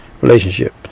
relationship